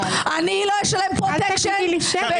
אני לא אשלם פרוטקשן -- אל תגידי לי "שקט".